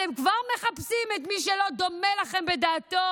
אתם כבר מחפשים את מי שלא דומה לכם בדעתו